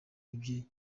ibye